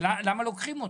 למה לוקחים אותו?